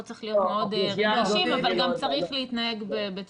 פה צריך להיות רגישים אבל גם צריך להתנהג בצורה